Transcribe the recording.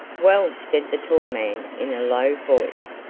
well, said the tall man, in a low voice,